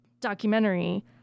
documentary